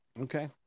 Okay